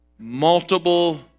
Multiple